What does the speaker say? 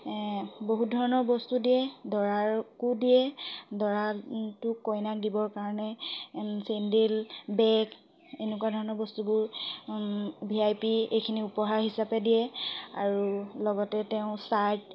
বহুত ধৰণৰ বস্তু দিয়ে দৰাৰকো দিয়ে দৰাটোক কইনাক দিবৰ কাৰণে চেণ্ডেল বেগ এনেকুৱা ধৰণৰ বস্তুবোৰ ভি আই পি এইখিনি উপহাৰ হিচাপে দিয়ে আৰু লগতে তেওঁ শ্বাৰ্ট